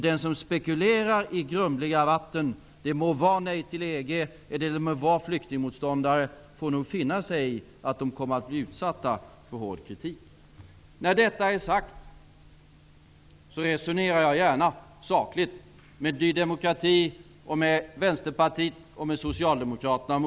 De som spekulerar i grumliga vatten -- det må vara företrädare för Nej till EG eller det må vara flyktingmotståndare -- får nog finna sig i att de kommer att bli utsatta för hård kritik. När detta är sagt resonerar jag gärna sakligt med Socialdemokraterna om olika frågor.